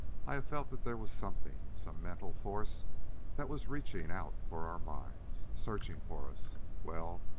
i have felt that there was something some mental force that was reaching out for our minds searching for us. well,